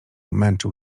męczył